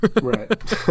right